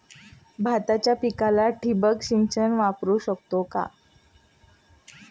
भाताच्या पिकाला ठिबक सिंचन वापरू शकतो का?